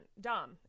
dumb